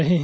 रहे हैं